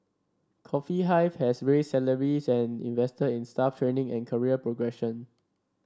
Coffee Hive has raised salaries and invested in staff training and career progression